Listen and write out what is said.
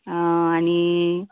आणि